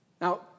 Now